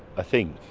i think,